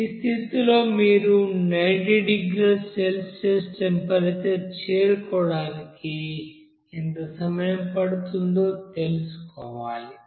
ఈ స్థితిలో మీరు 90 డిగ్రీల సెల్సియస్ టెంపరేచర్ చేరుకోవడానికి ఎంత సమయం పడుతుందో తెలుసుకోవాలి